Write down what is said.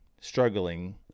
struggling